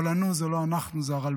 אבל "ענו" זה זה לא אנחנו, זה הרלב"ד.